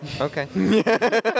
Okay